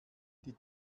die